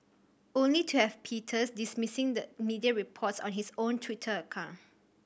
only to have Peters dismissing the media reports on his own Twitter account